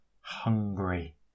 hungry